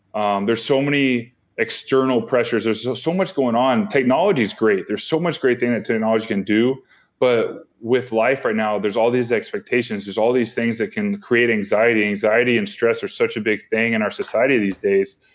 um there's so many external pressures, there's so so much going on. technology is great. there's so much great things that technology can do but with life right now there's all these expectations, there's all these things that can create anxiety. anxiety and stress are such a big thing in our society these days.